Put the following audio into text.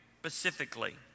specifically